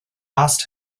asked